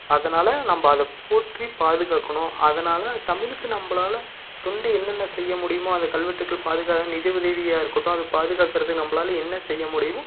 அதனால் நம்ம அதை போற்றி பாதுகாக்கணும் அதனால் தமிழுக்கு நம்மளால தொண்டு என்னென்ன செய்ய முடியும் அந்த கல்வெட்டுக்கள் பாதுகா நிதியுதவியாக இருக்கட்டும் அதை பாதுகாக்கறக்கு நம்மளால என்ன செய்ய முடியும்